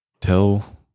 tell